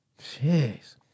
Jeez